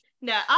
no